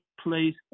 place